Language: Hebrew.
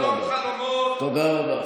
תודה רבה.